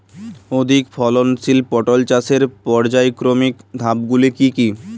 অধিক ফলনশীল পটল চাষের পর্যায়ক্রমিক ধাপগুলি কি কি?